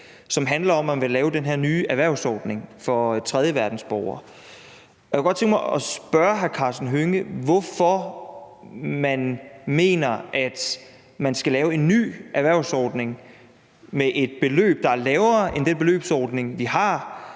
som handler om, at man vil lave den her nye erhvervsordning for tredjeverdensborgere. Jeg kunne godt tænke mig at spørge hr. Karsten Hønge, hvorfor man mener, at man skal lave en ny erhvervsordning med et beløb, der er lavere end den beløbsordning, vi har